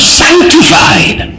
sanctified